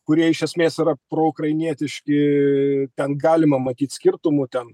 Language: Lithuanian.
kurie iš esmės yra proukrainietiški ten galima matyt skirtumų ten